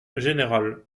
général